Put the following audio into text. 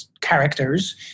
characters